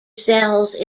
cells